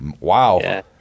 wow